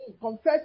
Confess